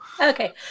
Okay